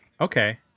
Okay